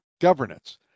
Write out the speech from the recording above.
governance